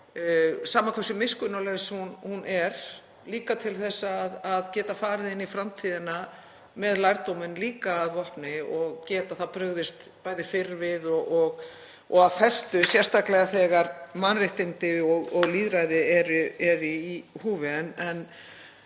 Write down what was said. sama hversu miskunnarlaus hún er, líka til að geta farið inn í framtíðina með lærdóminn líka að vopni og geta þá brugðist bæði fyrr við og af festu, sérstaklega þegar mannréttindi og lýðræði eru í húfi.